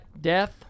Death